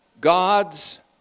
God's